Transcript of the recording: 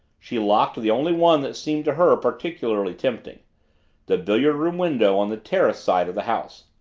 she locked the only one that seemed to her particularly tempting the billiard-room window on the terrace side of the house.